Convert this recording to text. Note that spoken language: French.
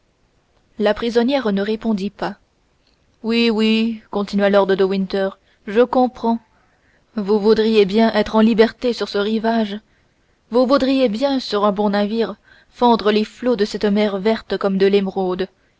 la prisonnière ne répondit pas oui oui continua lord de winter je comprends vous voudriez bien être en liberté sur ce rivage vous voudriez bien sur un bon navire fendre les flots de cette mer verte comme de l'émeraude